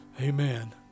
Amen